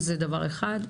כמו כן,